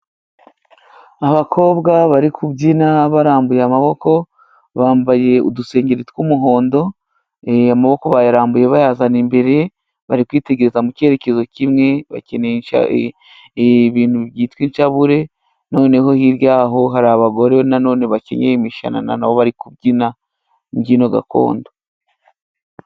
Abakobwa bari kubyina barambuye amaboko, bambaye udusengeri tw'umuhondo,e amaboko bayarambuye bayazana imbere, bari kwitegereza mu cyerekezo kimwe, bakinisha ibintu byitwa incabure, noneho hirya yaho hari abagore nanone bakenyeye imishanana na bo bari kubyina imbyino gakondo.